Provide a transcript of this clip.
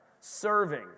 serving